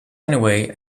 anyway